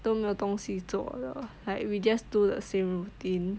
都没有东西做了 like we just do the same routine